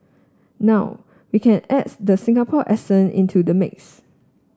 now we can adds the Singaporean accent into the mix